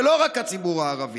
ולא רק הציבור הערבי,